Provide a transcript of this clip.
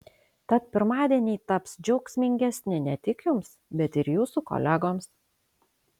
tad pirmadieniai taps džiaugsmingesni ne tik jums bet ir jūsų kolegoms